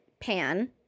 pan